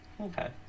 Okay